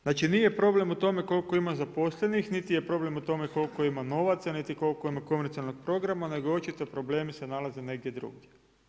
Znači nije problem u tome koliko ima zaposlenih niti je problem u tome koliko ima novaca niti koliko ima komercijalnog programa, nego očito problemi se nalaze negdje drugdje.